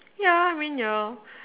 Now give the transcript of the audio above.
ya I mean you'll